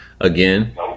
again